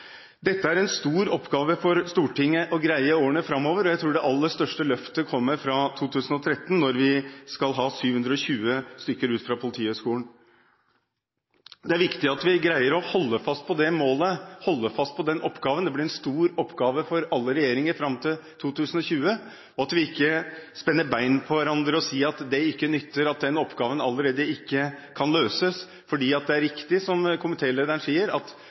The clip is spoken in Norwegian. Dette er en stor oppgave for Stortinget å greie i årene framover, og jeg tror det aller største løftet kommer fra 2013, når vi får 720 stykker ut fra Politihøgskolen. Det er viktig at vi greier å holde fast ved det målet, den oppgaven. Det blir en stor oppgave for alle regjeringer fram til 2020, også at vi ikke spenner bein under hverandre og allerede sier at det ikke nytter, at den oppgaven ikke kan løses. Det er riktig som komitélederen sier, at